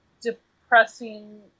depressing